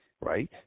right